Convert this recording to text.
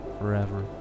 forever